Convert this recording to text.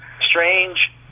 strange